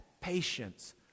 Patience